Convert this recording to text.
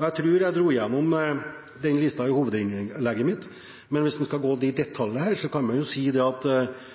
Jeg tror jeg dro igjennom den listen i hovedinnlegget mitt, men hvis jeg skal gå i detalj her, kan jeg si at det